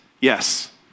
yes